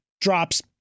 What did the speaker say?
Drops